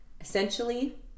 Essentially